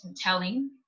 telling